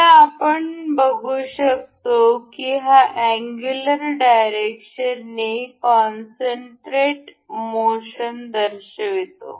आता आपण बघू शकतो की हा अँगुलर डायरेक्शननि कॉन्स्स्ट्रेट मोशन दर्शवितो